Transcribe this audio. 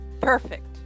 Perfect